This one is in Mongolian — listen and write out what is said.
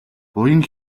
буян